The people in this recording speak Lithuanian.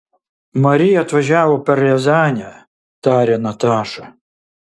mari atvažiavo per riazanę tarė nataša